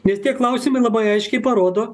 nes tie klausimai labai aiškiai parodo